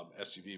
SUV